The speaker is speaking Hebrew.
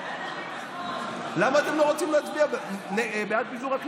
למה לא מגיע לנו?